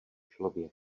člověk